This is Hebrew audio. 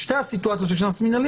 בשתי הסיטואציות יש קנס מינהלי.